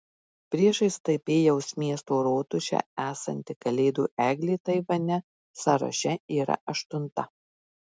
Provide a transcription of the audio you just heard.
priešais taipėjaus miesto rotušę esanti kalėdų eglė taivane sąraše yra aštunta